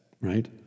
right